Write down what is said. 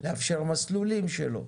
לאפשר מסלולים שלו,